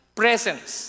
presence